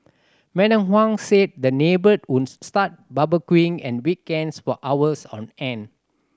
Madam Huang said the neighbour would start on weekends for hours on end